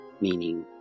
meaning